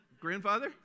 Grandfather